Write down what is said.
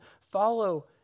follow